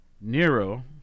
Nero